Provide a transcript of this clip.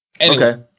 Okay